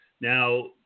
Now